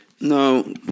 No